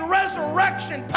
resurrection